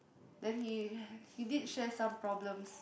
then he he did share some problems